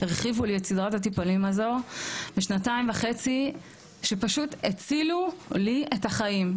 הרחיבו לי את סדרת הטיפולים הזאת לשנתיים וחצי שפשוט הצילו לי את החיים,